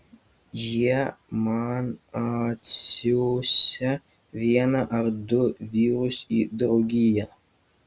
jie man atsiųsią vieną ar du vyrus į draugiją